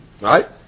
Right